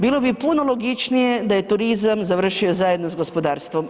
Bilo bi puno logičnije da je turizam završio zajedno s gospodarstvom.